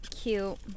Cute